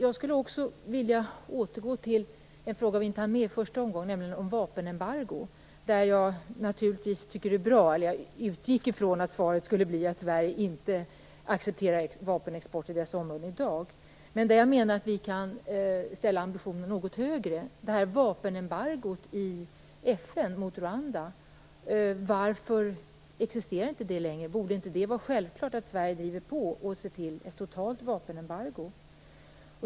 Jag skulle vilja återgå till en fråga vi inte hann med i första omgången, nämligen den om vapenembargo. Jag utgick ifrån att svaret skulle bli att Sverige inte accepterar vapenexport till dessa områden i dag. Men jag menar att vi kan ha något högre ambitioner. Varför existerar inte vapenembargot i FN mot Rwanda längre? Borde inte det vara självklart att Sverige driver på och ser till att det blir ett totalt vapenembargo?